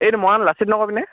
এইটো মৰাণ লাচিত নগৰপিনে